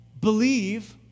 believe